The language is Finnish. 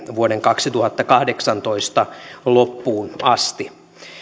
vuoden kaksituhattakahdeksantoista loppuun asti